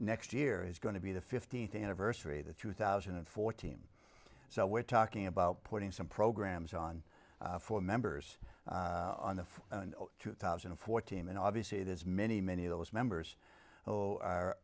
next year is going to be the fifteenth anniversary of the two thousand and fourteen so we're talking about putting some programs on four members on the two thousand and fourteen when obviously there's many many of those members who are